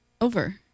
over